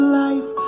life